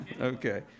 Okay